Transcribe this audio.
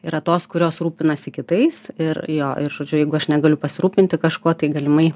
yra tos kurios rūpinasi kitais ir jo ir žodžiu jeigu aš negaliu pasirūpinti kažkuo tai galimai